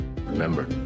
Remember